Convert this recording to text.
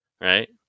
Right